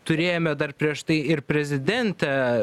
turėjome dar prieš tai ir prezidentę